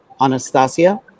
Anastasia